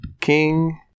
King